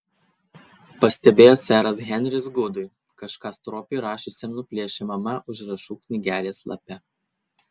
pastebėjo seras henris gudui kažką stropiai rašiusiam nuplėšiamame užrašų knygelės lape